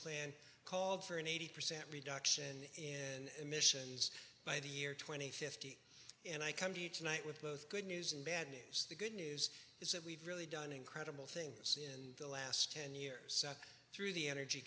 plan called for an eighty percent reduction in emissions by the year twenty fifty and i come to you tonight with both good news and bad news the good news is that we've really done incredible things in the last ten years through the energy